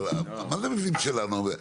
מה זה מבנים שלנו?